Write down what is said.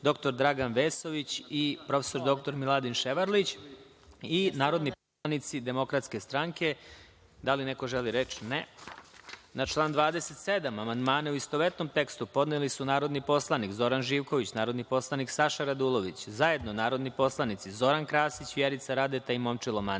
dr Dragan Vesović i prof. dr Miladin Ševarlić i zajedno narodni poslanici DS.Da li neko želi reč? (Ne.)Na član 27. amandmane, u istovetnom tekstu podneli su narodni poslanik Zoran Živković, narodni poslanik Saša Radulović, zajedno narodni poslanici Zoran Krasić, Vjerica Radeta i Momčilo Mandić,